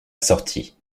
assortie